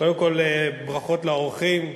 קודם כול ברכות לאורחים,